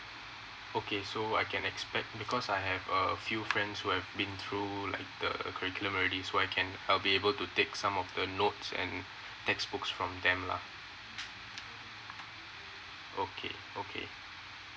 okay so I can expect because I have uh few friends who have been through like the curriculum already so I can I'll be able to take some of the notes and text books from them lah okay okay